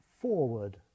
forward